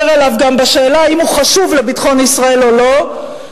עליו גם בשאלה אם הוא חשוב לביטחון ישראל או לא,